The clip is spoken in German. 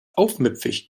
aufmüpfig